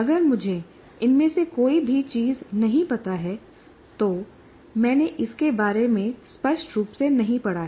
अगर मुझे इनमें से कोई भी चीज़ नहीं पता है तो मैंने इसके बारे में स्पष्ट रूप से नहीं पढ़ा है